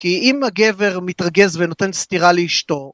כי אם הגבר מתרגז ונותן סטירה לאשתו...